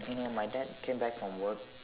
you know my dad came back from work